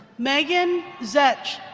megan zech.